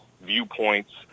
viewpoints